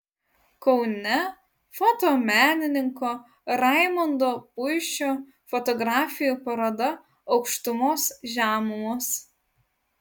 kaune fotomenininko raimondo puišio fotografijų paroda aukštumos žemumos